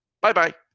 Bye-bye